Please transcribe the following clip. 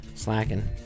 Slacking